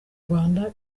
rwanda